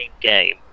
game